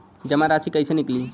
जमा राशि कइसे निकली?